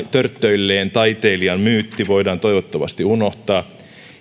törttöilleen taiteilijan myytti voidaan toivottavasti unohtaa